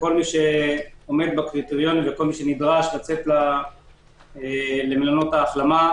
כל מי שעומד בקריטריונים ושנדרש לצאת למלונות ההחלמה,